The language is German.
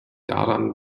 daran